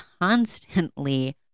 constantly